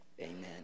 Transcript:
amen